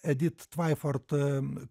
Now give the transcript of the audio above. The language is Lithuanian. edit tvaiford